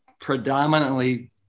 predominantly